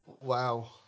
Wow